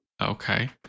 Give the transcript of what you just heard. Okay